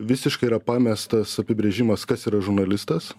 visiškai yra pamestas apibrėžimas kas yra žurnalistas